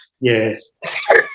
Yes